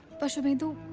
but shubhendu.